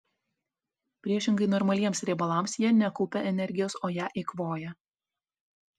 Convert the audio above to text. priešingai normaliems riebalams jie nekaupia energijos o ją eikvoja